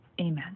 Amen